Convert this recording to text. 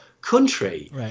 country